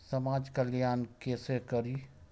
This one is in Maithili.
समाज कल्याण केसे करी?